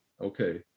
Okay